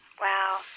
Wow